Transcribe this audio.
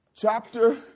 Chapter